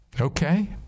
Okay